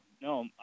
no